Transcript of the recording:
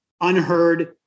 unheard